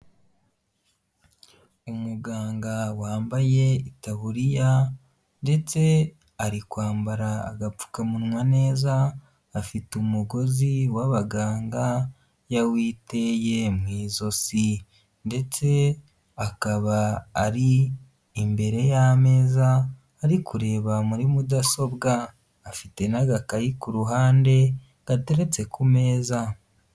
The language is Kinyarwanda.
Umuganga wambaye itaburiya ndetse ari kwambara agapfukamunwa neza, afite umugozi w'abaganga, yawiteye mu izosi ndetse akaba ari imbere y'ameza, ari kureba muri mudasobwa, afite n'agakayi kuruhande, gateretse ku meza.